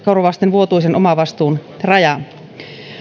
vuotuisen omavastuun rajaa